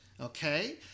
Okay